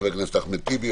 חבר הכנסת אחמד טיבי,